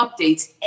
updates